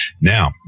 Now